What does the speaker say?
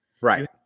right